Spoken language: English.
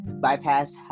bypass